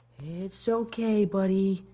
it's okay, buddy.